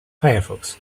firefox